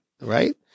right